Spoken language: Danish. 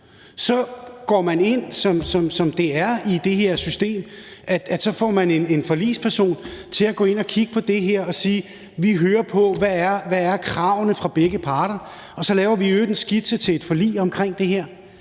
Så går man ind, som det er i det her system, og får en forligsperson til at kigge på det og sige, at man hører på, hvad kravene fra begge parter er, og så laves der i øvrigt en skitse til et forlig omkring det her.